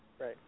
Right